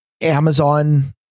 Amazon